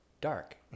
dark